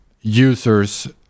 users